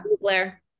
Blair